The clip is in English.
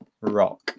rock